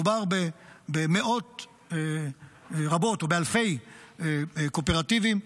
מדובר במאות או אלפי קואופרטיבים,